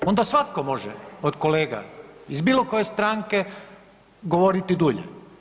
Onda svatko može od kolega iz bilo koje stranke govoriti dulje.